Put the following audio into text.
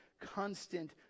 constant